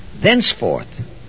Thenceforth